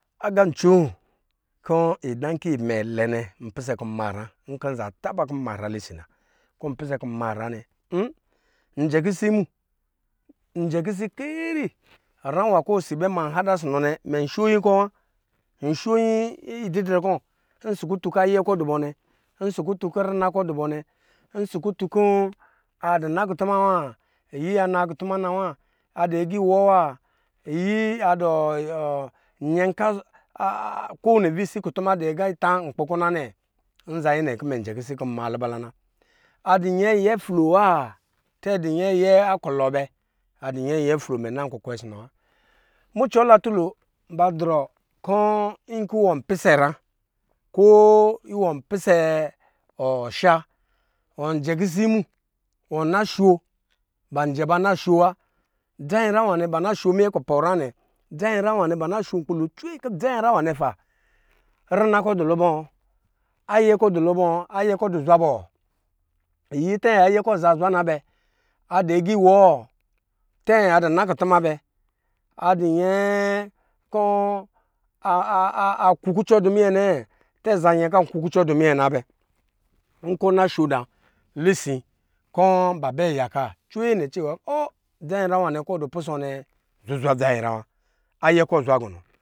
Agancoo kɔ idankɔ imɛ lɛɛ nɛ upisɛ kɔ m manyra nkɔ nmza taba kɔ manyra lisi ma kɔ npisɛ kɔ manyra nɛ m njɛ kisi mu njɔ̄ kisi keeri nyra nwa kɔ osi ba ma hada ɔsɔ mɛ nɛ mɛ nshonyi kɔ wa nshonyi ididrɛ kɔ nsho nyi kɔ ayɛ kɔ adubɔ nɛ ɔsɔ kutunkɔ rina kɔ adubɔ nɛ kutun kɔ adu nakutuma wa nyi anaa kutuma nawa adu nyɛ iwɔ wa iyi adu nyɛ nkɔ kutuma adu agita nkpi kɔ na nɛ nza nyɛ nɛ nɔ du nyɛ kɔ njɛ kisi kɔ nmalubala na adu nyɛ ayɛ flow wa tɛ adu nyɛ ayɛ kulɔɔ bɛ adu nyɛ ayɛ fow mɛ nna ku kwɛ ɔsɔ nɔ wa mucɔ la tulo ba drɔ kɔ nkɔ iwɔn pisɛ nyra ko iwɔn pisɛ sha wa jɛkisi mu wɔna sho ban jɛba nasho dza nyɛ nyra nwa nɛ ba na sho minyɛ kupɔ nyra nɛ dza nyinyra wanɛ ba na sho cwee nkplo kɔ dza nyinyra wanɛ pa rina kɔ adu lubɔ ayɛ kɔ adu lubɔ ayɛ adu zwa bɔ nyi tɛ ayɛ kɔ aza zwa na bɛ, adi agi wɔ tɛ adu nakutum bɛ adu nyɛ kɔ akukucɔ du minyɛ tɛ adu nyɛnkɔ akukucɔ du minyɛ na bɛ? Nkɔ ɔna shi da lisi kɔ ba bɛ yak cwee nɛ o dza nyinyra nwa nɛ kɔ ɔdu pusɔ anɛ zuzwa dza nyinyra wa ayɛ kɔ azwa gɔnɔ